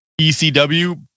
ECW